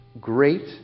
Great